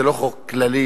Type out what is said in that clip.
זה לא חוק כללי,